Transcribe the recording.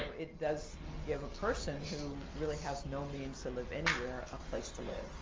it does give a person who really has no means to live anywhere, a place to live.